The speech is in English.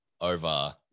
over